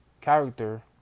character